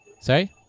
sorry